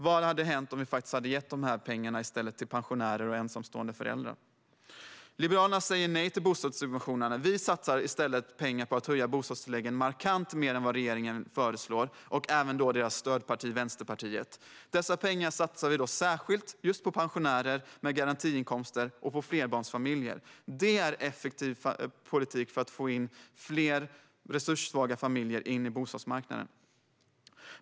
Vad hade hänt om vi i stället faktiskt hade gett dessa pengar till pensionärer och ensamstående föräldrar? Liberalerna säger nej till bostadssubventionerna. Vi satsar i stället pengar på att höja bostadstilläggen markant mer än regeringen föreslår och även deras stödparti Vänsterpartiet föreslår. Dessa pengar satsar vi särskilt just på pensionärer med garantiinkomster och på flerbarnsfamiljer. Det är en effektiv politik för att få in fler resurssvaga familjer på bostadsmarknaden.